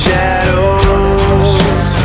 Shadows